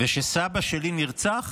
וכשסבא שלי נרצח